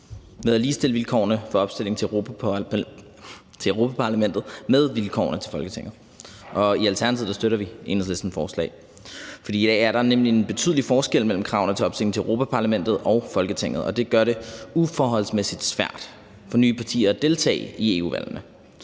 ved at ligestille vilkårene for opstilling til Europa-Parlamentet med vilkårene for opstilling til Folketinget. I Alternativet støtter vi Enhedslistens forslag, for i dag er der nemlig en betydelig forskel mellem kravene til opstilling til Europa-Parlamentet og kravene til opstilling til Folketinget, og det gør det uforholdsmæssig svært for nye partier at deltage i EU-valgene.